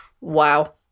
Wow